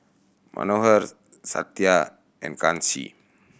Manohar Satya and Kanshi